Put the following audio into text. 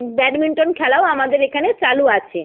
badminton খেলাও আমাদের এখানে চালু আছে